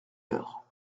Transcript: heures